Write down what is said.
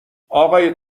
آقای